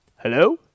Hello